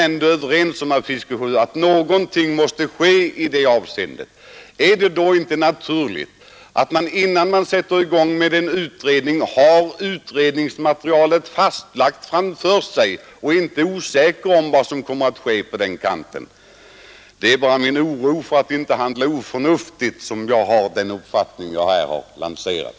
Är det då inte naturligt att man innan man sätter i gång en utredning verkligen har utredningsmaterialet framför sig och inte är osäker om hur situationen kommer att utvecklas i detta avseende? Det är bara min oro för att inte handla förnuftigt som ligger bakom den uppfattning jag här har lanserat.